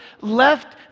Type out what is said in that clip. left